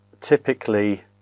typically